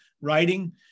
writing